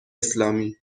اسلامی